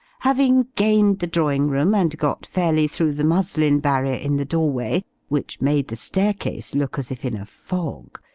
having gained the drawing-room, and got fairly through the muslin-barrier in the doorway, which made the staircase look as if in a fog,